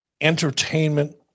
entertainment